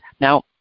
Now